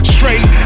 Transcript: Straight